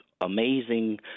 amazing